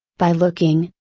by looking,